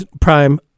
prime